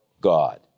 God